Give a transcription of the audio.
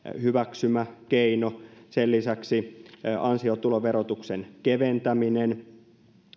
hyväksymä keino sen lisäksi keinoja olisivat muun muassa ansiotuloverotuksen keventäminen